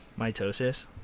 Mitosis